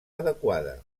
adequada